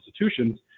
institutions